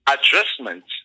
adjustments